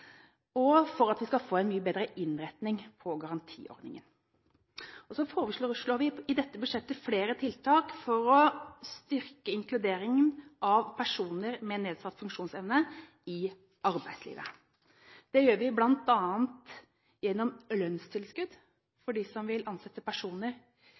og for at vi skal få en mye bedre innretning på garantiordningen. Så foreslår vi i dette budsjettet flere tiltak for å styrke inkluderingen av personer med nedsatt funksjonsevne i arbeidslivet. Det gjør vi bl.a. gjennom lønnstilskudd for dem som vil ansette personer